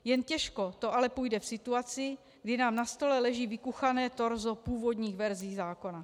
Jen těžko to ale půjde v situaci, kdy nám na stole leží vykuchané torzo původních verzí zákona.